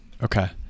Okay